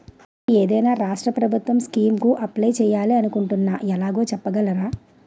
నేను ఏదైనా రాష్ట్రం ప్రభుత్వం స్కీం కు అప్లై చేయాలి అనుకుంటున్నా ఎలాగో చెప్పగలరా?